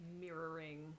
mirroring